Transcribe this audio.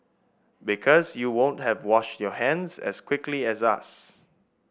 because you won't have washed your hands as quickly as us